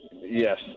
yes